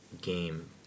game